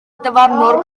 dyfarnwr